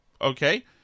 okay